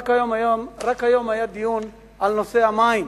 רק היום היה דיון על נושא המים,